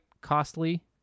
costly